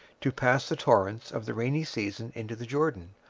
to pass the torrents of the rainy season into the jordan,